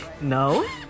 No